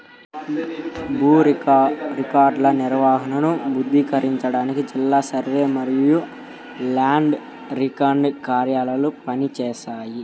భూ రికార్డుల నిర్వహణను క్రమబద్ధీకరించడానికి జిల్లా సర్వే మరియు ల్యాండ్ రికార్డ్స్ కార్యాలయాలు పని చేస్తున్నాయి